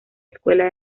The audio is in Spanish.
escuela